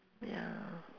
ya